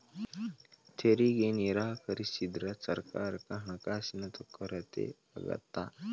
ತೆರಿಗೆ ನಿರಾಕರಿಸಿದ್ರ ಸರ್ಕಾರಕ್ಕ ಹಣಕಾಸಿನ ಕೊರತೆ ಆಗತ್ತಾ